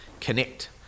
connect